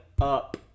up